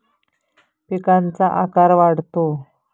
पिकांचा आकार वाढतो